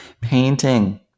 Painting